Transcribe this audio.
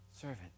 servant